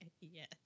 Yes